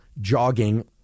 jogging